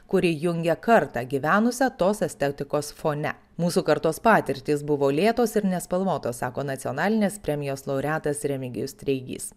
kuri jungia kartą gyvenusią tos estetikos fone mūsų kartos patirtys buvo lėtos ir nespalvotos sako nacionalinės premijos laureatas remigijus treigys